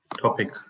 topic